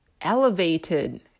elevated